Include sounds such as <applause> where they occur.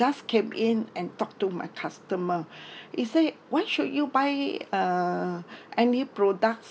just came in and talk to my customer <breath> he said why should you buy uh any products